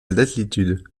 d’altitude